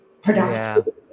productive